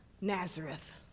Nazareth